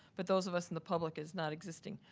but those of us in the public is not existing.